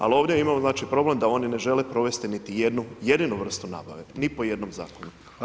Ali ovdje imamo znači problem da oni ne žele provesti niti jednu, jedinu vrstu nabave ni po jednom zakonu.